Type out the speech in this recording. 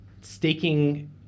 staking